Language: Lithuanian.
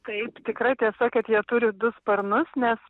taip tikra tiesa kad jie turi du sparnus nes